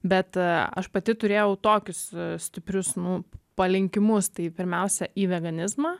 bet aš pati turėjau tokius stiprius nu palinkimus tai pirmiausia į veganizmą